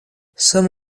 some